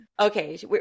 okay